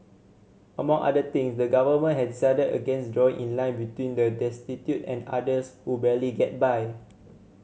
among other things the Government has decided against drawing line between the destitute and others who barely get by